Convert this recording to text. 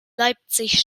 leipzig